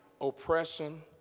oppression